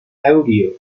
audio